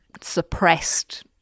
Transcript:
suppressed